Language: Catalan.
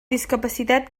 discapacitat